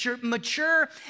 mature